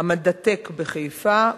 ה"מדעטק" בחיפה,